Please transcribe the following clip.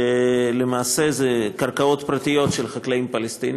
למעשה, אלה קרקעות פרטיות של חקלאים פלסטינים,